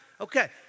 Okay